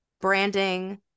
branding